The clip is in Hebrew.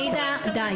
עאידה, די.